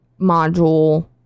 module